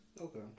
Okay